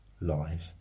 live